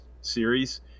series